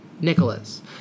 Nicholas